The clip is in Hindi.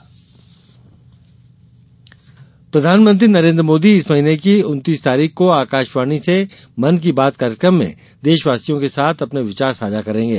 मन की बात प्रधानमंत्री नरेन्द्र मोदी इस महीने की उन्तीस तारीख को आकाशवाणी के मन की बात कार्यक्रम में देशवासियों के साथ अपने विचार साझा करेंगे